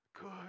good